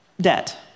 debt